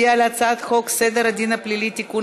חבר הכנסת יחיאל חיליק בר,